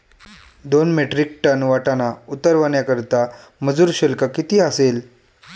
दोन metric tonne वाटाणा उतरवण्याकरता मजूर शुल्क किती असेल?